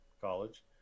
college